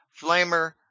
Flamer